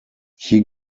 hier